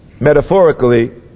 metaphorically